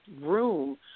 room